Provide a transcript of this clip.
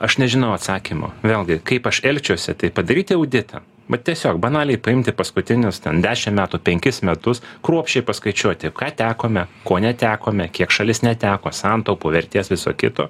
aš nežinau atsakymo vėlgi kaip aš elgčiuosi tai padaryti auditą vat tiesiog banaliai paimti paskutinius ten dešim metų penkis metus kruopščiai paskaičiuoti ką tekome ko netekome kiek šalis neteko santaupų vertės viso kito